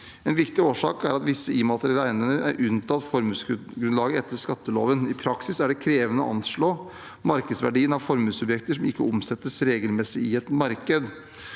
En viktig årsak er at visse immaterielle eiendeler er unntatt fra formuesgrunnlaget etter skatteloven. I praksis er det krevende å anslå markedsverdien av formuesobjekter som ikke omsettes regelmessig i markedet.